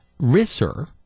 Risser